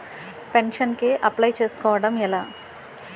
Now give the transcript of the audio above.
Pension కి apply చేసుకోవడం ఎలా?